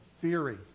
Theory